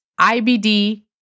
IBD